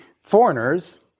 foreigners